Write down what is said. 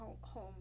home